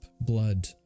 blood